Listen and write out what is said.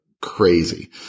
crazy